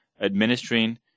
administering